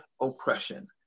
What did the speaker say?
oppression